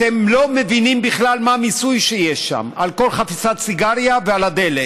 אתם לא מבינים בכלל מה המיסוי שיש שם על כל חפיסת סיגריה ועל הדלק,